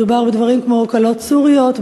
מדובר בדברים כמו כלות סוריות,